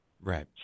right